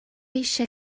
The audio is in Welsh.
eisiau